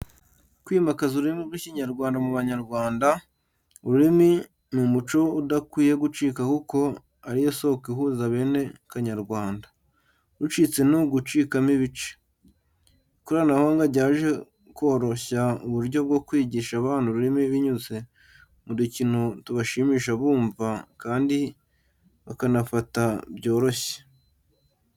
Kwimakaza ururimi rw’Ikinyarwanda mu Banyarwanda, ururimi ni umuco udakwiye gucika kuko ari yo soko ihuza bene Kanyarwanda, rucitse ni ugucikamo ibice. Ikoranabuhanga ryaje koroshya uburyo bwo kwigisha abana ururimi binyuze mu dukino tubashimisha bumva, kandi bakanafata byoroshye.